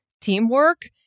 teamwork